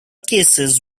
cases